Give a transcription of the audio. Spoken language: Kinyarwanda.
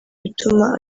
bituma